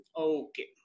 Okay